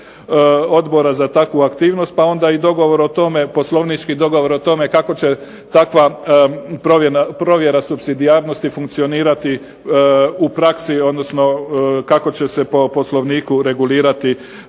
odbora za takvu aktivnost pa onda i dogovor o tome, poslovnički dogovor o tome kako će takva provjera supsidijarnosti funkcionirati u praksi, odnosno kako će se po poslovniku regulirati